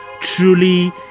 Truly